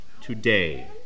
today